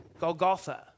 Golgotha